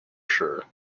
sure